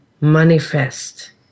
manifest